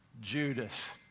Judas